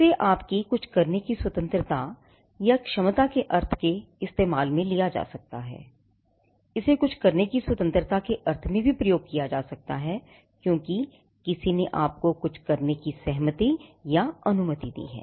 इसे आपकी कुछ करने की स्वतंत्रता या क्षमता के अर्थ में इस्तेमाल किया जा सकता है इसे कुछ करने की स्वतन्त्रता के अर्थ में भी प्रयोग किया जा सकता है क्योंकि किसी ने आपको कुछ करने की सहमति या अनुमति दी है